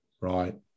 right